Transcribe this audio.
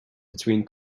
between